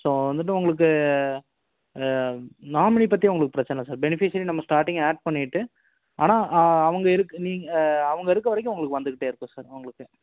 so வந்துவிட்டு உங்களுக்கு nominee பற்றி உங்களுக்கு பிரச்சனைல்ல சார் பெனிஃபிஷியலி நம்ம ஸ்டார்டிங் ஆட் பண்ணிவிட்டு ஆனால் அவங்க இருக் நீங்க அவங்க இருக்க வரைக்கும் உங்களுக்கு வந்துக்கிட்டே இருக்கும் சார் அவங்களுக்கு